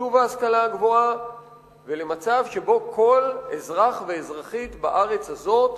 לתקצוב ההשכלה הגבוהה ולמצב שבו כל אזרח ואזרחית בארץ הזאת